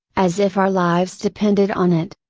as if our lives depended on it.